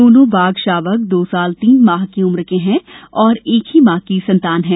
दोनों बाघ शावक दो साल तीन माह की उम्र के हैं और एक ही माँ की संतान है